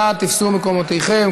נא תפסו מקומותיכם,